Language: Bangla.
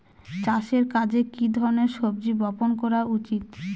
চাষের কাজে কি ধরনের বীজ বপন করা উচিৎ?